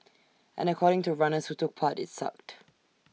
and according to runners who took part IT sucked